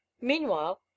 Meanwhile